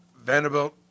Vanderbilt